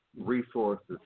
resources